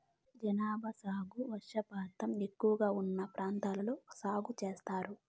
జనప సాగు వర్షపాతం ఎక్కువగా ఉన్న ప్రాంతాల్లో సాగు చేత్తారు